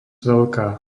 veľká